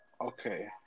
okay